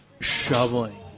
shoveling